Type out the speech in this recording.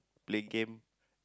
playing game